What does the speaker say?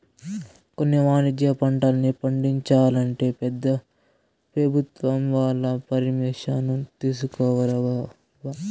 కొన్ని వాణిజ్య పంటల్ని పండించాలంటే పెభుత్వం వాళ్ళ పరిమిషన్ తీసుకోవాలబ్బా